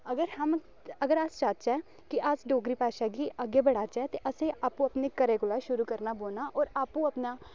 अगर हम अगर अस चाह्चै कि अस डोगरी भाशा गी अग्गें बढ़ाचै ते असें आपूं अपने घरै कोला शुरू करना पौना होर आपूं अपना